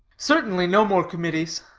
certainly, no more committees.